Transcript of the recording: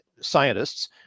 Scientists